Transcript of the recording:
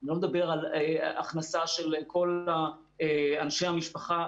אני לא מדבר על הכנסה של כל אנשי המשפחה,